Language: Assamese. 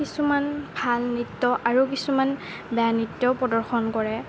কিছুমান ভাল নৃত্য আৰু কিছুমান বেয়া নৃত্যও প্ৰদৰ্শন কৰে